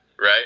right